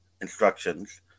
instructions